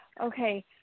Okay